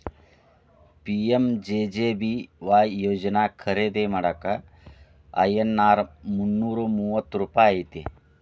PMJJBY ಯೋಜನಾ ಖರೇದಿ ಮಾಡಾಕ ಐ.ಎನ್.ಆರ್ ಮುನ್ನೂರಾ ಮೂವತ್ತ ರೂಪಾಯಿ ಐತಿ